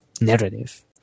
narrative